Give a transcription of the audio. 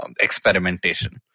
experimentation